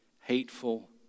hateful